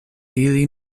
ili